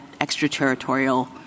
extraterritorial